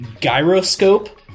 gyroscope